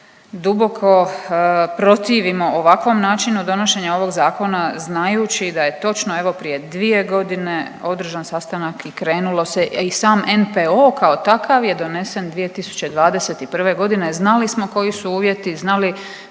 duboko protivimo ovakvom načinu donošenja ovog zakona znajući da je točno evo prije dvije godine održan sastanak i krenulo se. I sam NPO kao takav je donesen 2021. godine, znali smo koji su uvjeti, znala